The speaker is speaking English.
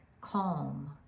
calm